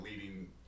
leading